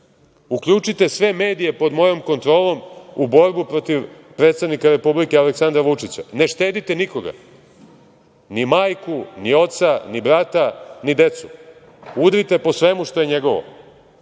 uključite sve medije pod mojom kontrolom u borbu protiv predsednika Republike Aleksandra Vučića, ne štedite nikoga, ni majku, ni oca, ni brata, ni decu, udrite po svemu što je njegovo.